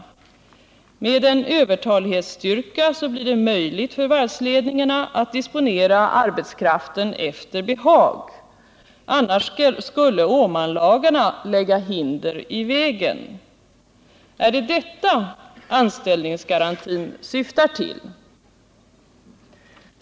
Med en övertalig styrka blir det möjligt för varvsledningarna att disponera arbetskraften efter behag. Annars skulle Åmanlagarna lägga hinder i vägen. Är det detta som anställningsgarantin syftar till?